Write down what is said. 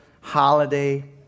holiday